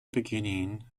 beginning